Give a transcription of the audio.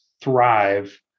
thrive